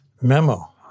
Memo